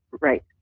right